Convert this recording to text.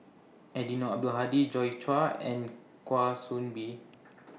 Eddino Abdul Hadi Joi Chua and Kwa Soon Bee